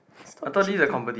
stop cheating